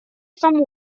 сам